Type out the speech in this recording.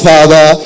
Father